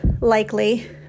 likely